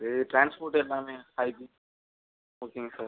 இது ட்ரான்ஸ்போர்ட் எல்லாமே அதுக்கு ஓகேங்க சார்